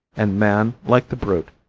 and man, like the brute,